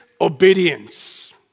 obedience